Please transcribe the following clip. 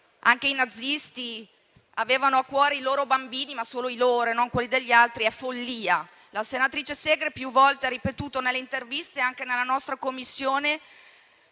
anche i nazisti avevano a cuore i loro bambini, ma solo i loro e non quelli degli altri, è follia. La senatrice Segre più volte ha ripetuto nelle interviste e anche nella nostra Commissione